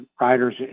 riders